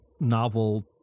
novel